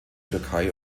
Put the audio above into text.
türkei